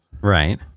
Right